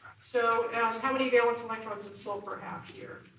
so how so many valence electrons does sulfur have here,